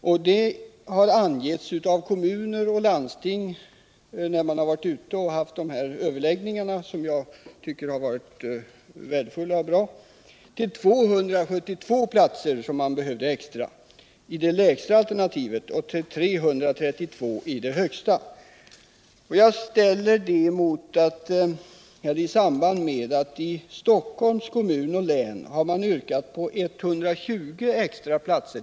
Och när ledningsgruppen haft överläggningar med kommuner och landsting — överläggningar som jag tycker har varit värdefulla och bra — har behovet av extra platser angivits till lägst 272 och i högsta alternativet till 332. Jag ställer de siffrorna bredvid den siffra som man angivit i Stockholms kommun och län. Där har man yrkat på 120 extra platser.